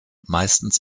meistens